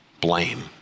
Blame